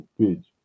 page